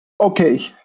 okay